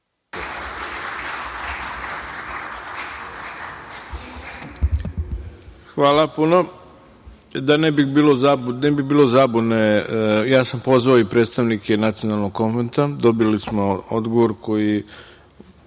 Hvala. Da ne bi bilo zabune, ja sam pozvao i predstavnike Nacionalnog konventa, a dobili smo odgovor koji